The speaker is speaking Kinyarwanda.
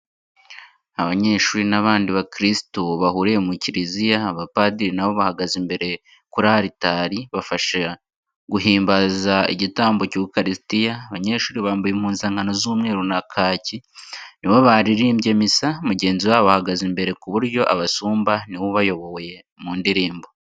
Abanyeshuri n'abandi bakirisitu bahuriye mu kiriziya, abapadiri nabo bahagaze imbere kuri aritari bafasha guhimbaza igitambo cy'ukarisitiya, abanyeshuri bambaye impuzankano z'umweru na kaki nibo baririmbye misa, mugenzi wabo ahagaze imbere ku buryo abasumba niwe ubayoboye mu ndirimbo.